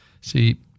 See